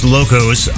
Locos